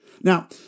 Now